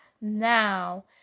now